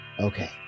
Okay